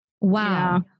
Wow